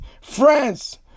France